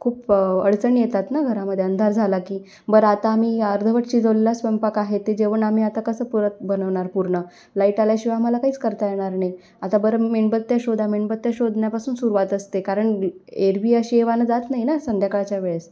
खूप अडचणी येतात ना घरामध्ये अंधार झाला की बरं आता आम्ही अर्धवट शिजवलेला स्वयंपाक आहे ते जेवण आम्ही आता कसं परत बनवणार पूर्ण लाईट आल्याशिवाय आम्हाला काहीच करता येणार नाही आता बरं मेणबत्त्या शोधा मेणबत्त्या शोधण्यापासून सुरुवात असते कारण एरवी अशी एव्हाना जात नाही ना संध्याकाळच्या वेळेस